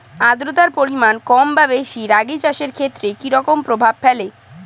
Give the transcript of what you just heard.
আদ্রতার পরিমাণ কম বা বেশি রাগী চাষের ক্ষেত্রে কি রকম প্রভাব ফেলে?